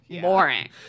Boring